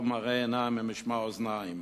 טוב מראה עיניים ממשמע אוזניים.